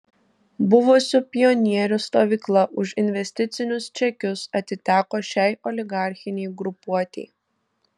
buvusių pionierių stovykla už investicinius čekius atiteko šiai oligarchinei grupuotei